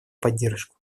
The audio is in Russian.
поддержку